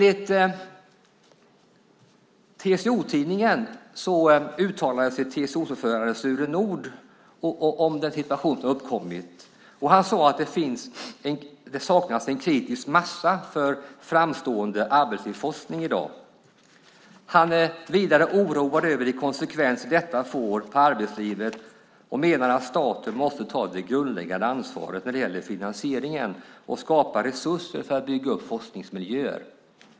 I TCO-tidningen uttalar sig TCO-ordföranden Sture Nordh om den situation som uppkommit och säger att det i dag saknas en kritisk massa för framstående arbetslivsforskning. Vidare säger han sig vara oroad över de konsekvenser detta får för arbetslivet och menar att staten måste ta det grundläggande ansvaret när det gäller finansieringen samt skapa resurser för att bygga upp forskningsmiljöer.